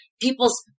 People's